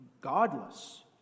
godless